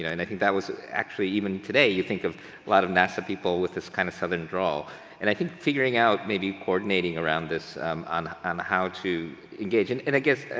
yeah and i think that was actually even today you think of a lot of nasa people with this kind of southern draw and i think figuring out, maybe, coordinating around this on um how to engage and and i guess,